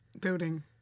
building